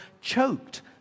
choked